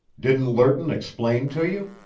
didn't lerton explain to you?